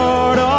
Lord